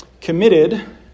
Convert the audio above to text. committed